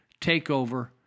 takeover